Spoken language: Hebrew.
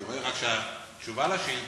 אני רואה רק שהתשובה על השאילתה,